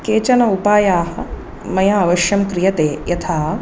केचन उपायाः मया अवश्यं क्रियते यथा